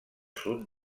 sud